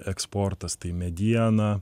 eksportas tai mediena